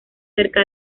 cerca